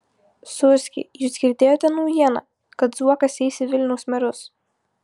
sūrski jūs girdėjote naujieną kad zuokas eis į vilniaus merus